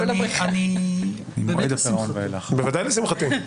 בוודאי לשמחתי.